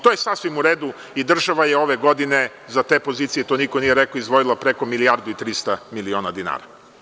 To je sasvim u redu i država je ove godine za te pozicije, to niko nije rekao, izdvojila preko milijardu i trista miliona dinara.